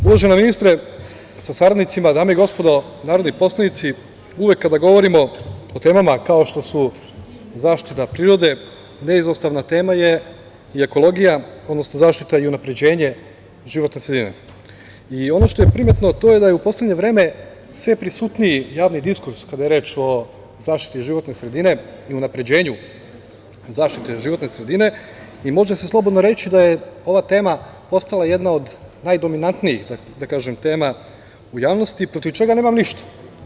Uvažena ministre sa saradnicima, dame i gospodo narodni poslanici, uvek kada govorimo o temama kao što su zaštita prirode, neizostavna tema je i ekologija, odnosno zaštita i unapređenje životne sredine i ono što je primetno to je da je u poslednje vreme sve prisutniji javni diskurs kada je reč o zaštiti životne sredine i unapređenju zaštite životne sredine i može se slobodno reći da je ova tema postala jedna od najdominantnijih tema u javnosti, protiv čega nemam ništa.